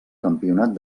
campionat